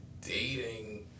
dating